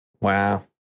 Wow